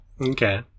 Okay